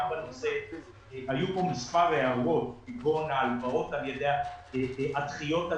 היו כאן מספר הערות כגון הדחיות על ידי המדינה.